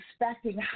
expecting